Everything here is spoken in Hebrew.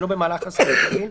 שלא במהלך עסקים רגיל,